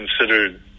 considered